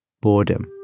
Boredom